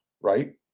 right